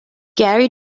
gary